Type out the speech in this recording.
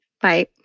Bye